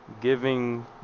giving